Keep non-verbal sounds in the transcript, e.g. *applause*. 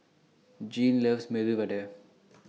Jeane loves *unintelligible* Vada Jeane loves Medu Vada